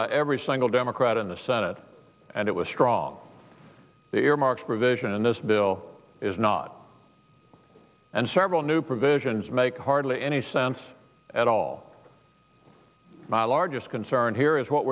by every single democrat in the senate and it was strong the earmarks provision in this bill is not and several new provisions make hardly any sense at all my largest concern here is what